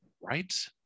Right